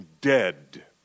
dead